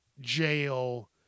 jail